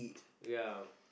ya